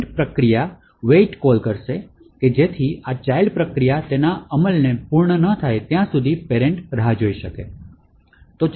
parent પ્રક્રિયા wait call કરશે જેથી આ ચાઇલ્ડ પ્રક્રિયા તેના અમલને પૂર્ણ ન થાય ત્યાં સુધી રાહ જોશે